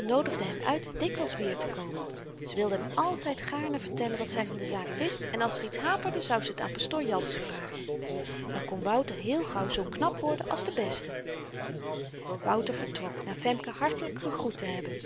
noodigde hem uit dikwyls weêrtekomen ze wilde hem altyd gaarne vertellen wat zy van de zaak wist en als er iets haperde zou ze t aan pastoor jansen vragen dan kon wouter heel gauw zoo knap worden als de beste wouter vertrok na femke hartelyk gegroet te hebben